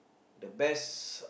the best